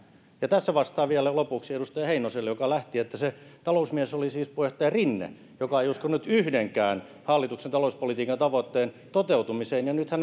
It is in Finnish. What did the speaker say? ja tässä vastaan vielä lopuksi edustaja heinoselle joka lähti että se talousmies oli siis puheenjohtaja rinne joka ei uskonut yhdenkään hallituksen talouspolitiikan tavoitteen toteutumiseen ja nyt hän